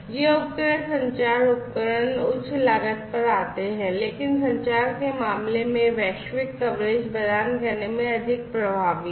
ये उपग्रह संचार उपकरण उच्च लागत पर आते हैं लेकिन संचार के मामले में वैश्विक कवरेज प्रदान करने में ये अधिक प्रभावी हैं